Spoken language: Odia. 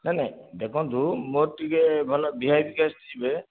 ନାଇଁ ନାଇଁ ଦେଖନ୍ତୁ ମୋର ଟିକିଏ ଭଲ ଭି ଆଇ ପି ଗେଷ୍ଟ୍ ଯିବେ